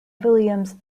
williams